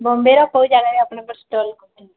ବମ୍ବେର କୋଉ ଜାଗାରେ ଆପଣ୍ଙ୍କର୍ ଷ୍ଟଲ୍